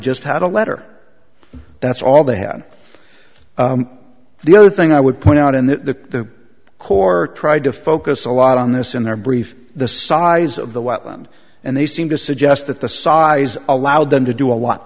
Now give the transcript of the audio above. had a letter that's all they had the other thing i would point out in the court tried to focus a lot on this in their brief the size of the wetland and they seem to suggest that the size allowed them to do a lot